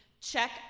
Check